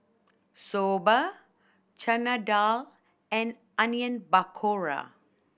Soba Chana Dal and Onion Pakora